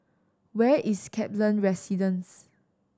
where is Kaplan Residence